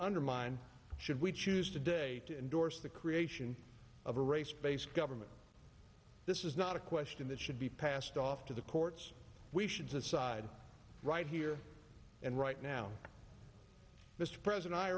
undermined should we choose today to endorse the creation of a race based government this is not a question that should be passed off to the courts we should decide right here and right now mr president i